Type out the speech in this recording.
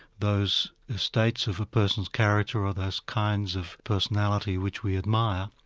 those states of a person's character or those kinds of personality which we admire,